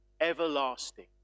everlasting